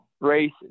races